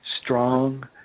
strong